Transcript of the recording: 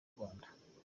rwanda